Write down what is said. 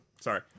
Sorry